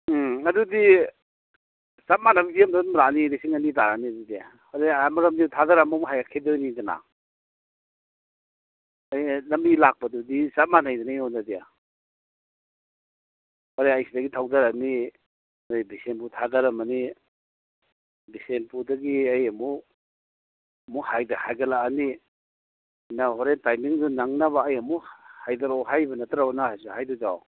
ꯎꯝ ꯑꯗꯨꯗꯤ ꯆꯞ ꯃꯥꯟꯅꯅ ꯂꯥꯛꯑꯅꯤ ꯂꯤꯁꯤꯡ ꯑꯅꯤ ꯇꯥꯔꯅꯤ ꯑꯗꯨꯗꯤ ꯃꯔꯝꯗꯤ ꯊꯥꯗꯔꯝꯃ ꯑꯃꯨꯛ ꯍꯥꯏꯒꯠꯈꯤꯗꯣꯏꯅꯤꯗꯅ ꯂꯝꯕꯤ ꯂꯥꯛꯄꯗꯨꯗꯤ ꯆꯞ ꯃꯥꯟꯅꯩꯗꯅ ꯑꯩꯉꯣꯟꯗꯗꯤ ꯍꯣꯔꯦꯟ ꯑꯩ ꯁꯤꯗꯒꯤ ꯊꯧꯗꯔꯅꯤ ꯅꯣꯏ ꯕꯤꯁꯦꯝꯄꯨꯔ ꯊꯥꯗꯔꯝꯃꯅꯤ ꯕꯤꯁꯦꯝꯄꯨꯔꯗꯒꯤ ꯑꯩ ꯑꯃꯨꯛ ꯍꯥꯏꯒꯠꯂꯛꯑꯅꯤ ꯅꯪ ꯍꯣꯔꯦꯟ ꯇꯥꯏꯃꯤꯡꯗꯣ ꯅꯪꯅꯕ ꯑꯩ ꯑꯃꯨꯛ ꯍꯥꯏꯗꯔꯛꯑꯣ ꯍꯥꯏꯔꯤꯕ ꯅꯠꯇ꯭ꯔꯣ ꯅꯪ ꯍꯧꯖꯤꯛ ꯍꯥꯏꯔꯤꯗꯣ